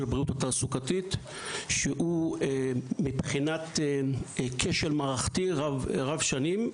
בריאות התעסוקתית שהוא מבחינת כשל מערכתי רב-שנים,